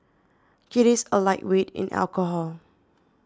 he is a lightweight in alcohol